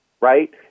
right